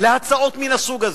להצעות מן הסוג הזה.